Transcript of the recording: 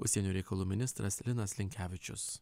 užsienio reikalų ministras linas linkevičius